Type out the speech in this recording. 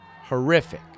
horrific